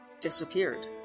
disappeared